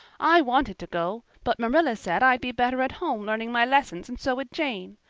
i wanted to go, but marilla said i'd be better at home learning my lessons and so would jane.